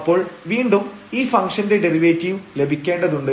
അപ്പോൾ വീണ്ടും ഈ ഫംഗ്ഷന്റെ ഡെറിവേറ്റീവ് ലഭിക്കേണ്ടതുണ്ട്